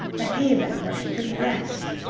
a haven where she could rest.